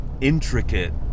intricate